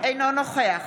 אינו נוכח